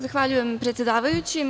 Zahvaljujem, predsedavajući.